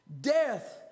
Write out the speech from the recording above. Death